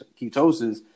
ketosis